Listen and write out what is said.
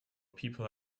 people